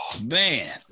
man